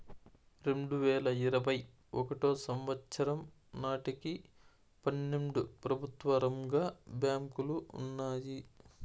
రెండువేల ఇరవై ఒకటో సంవచ్చరం నాటికి పన్నెండు ప్రభుత్వ రంగ బ్యాంకులు ఉన్నాయి